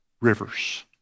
rivers